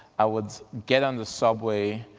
i would get on the subway,